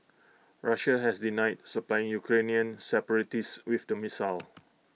Russia has denied supplying Ukrainian separatists with the missile